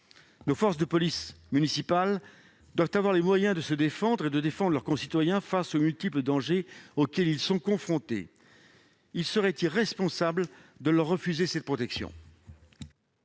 Les forces de police municipale doivent avoir les moyens de se défendre et de défendre leurs concitoyens face aux multiples dangers auxquels ils sont confrontés. Il serait irresponsable de leur refuser cette protection.